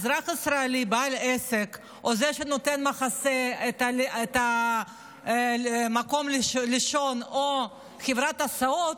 אזרח ישראלי בעל עסק או זה שנותן מחסה או מקום לישון או חברת הסעות,